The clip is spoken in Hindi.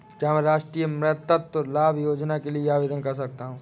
क्या मैं राष्ट्रीय मातृत्व लाभ योजना के लिए आवेदन कर सकता हूँ?